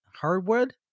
hardwood